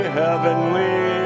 heavenly